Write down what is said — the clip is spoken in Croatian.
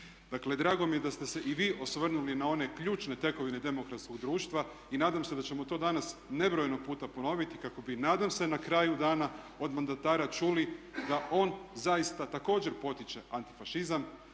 Dakle, drago mi je da ste se i vi osvrnuli na one ključne tekovine demokratskog društva i nadam se da ćemo to danas nebrojeno puta ponoviti kako bi nadam se na kraju dana od mandatara čuli da on zaista također potiče antifašizam,